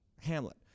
Hamlet